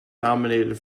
nominated